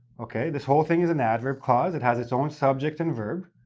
okay? this whole thing is an adverb clause it has its own subject and verb,